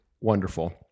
wonderful